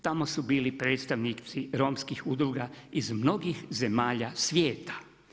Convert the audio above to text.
Tamo su bili predstavnici romskih udruga iz mnogih zemalja svijeta.